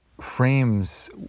frames